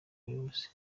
buyobozi